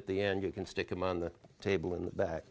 at the end you can stick him on the table in the back